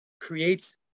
creates